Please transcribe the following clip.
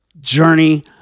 journey